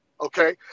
Okay